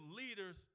leaders